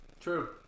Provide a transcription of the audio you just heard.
True